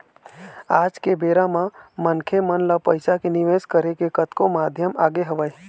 आज के बेरा म मनखे मन ल पइसा के निवेश करे के कतको माध्यम आगे हवय